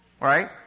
Right